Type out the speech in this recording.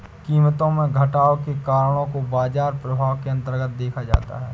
कीमतों में घटाव के कारणों को बाजार प्रभाव के अन्तर्गत देखा जाता है